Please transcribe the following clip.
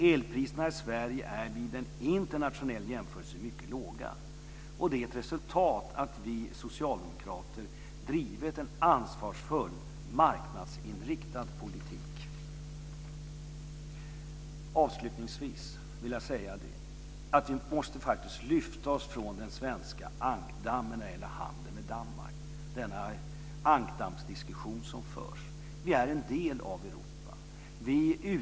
Elpriserna i Sverige är vid en internationell jämförelse mycket låga, och det är ett resultat av att vi socialdemokrater drivit en ansvarsfull marknadsinriktad politik. Avslutningsvis: Vi måste faktiskt lyfta oss från den svenska ankdammsdiskussionen som förs när det gäller handeln med Danmark. Vi är en del av Europa.